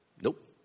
Nope